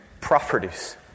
properties